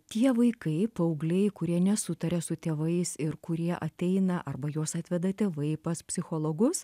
tie vaikai paaugliai kurie nesutaria su tėvais ir kurie ateina arba juos atveda tėvai pas psichologus